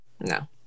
No